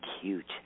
cute